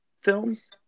films